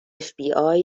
fbi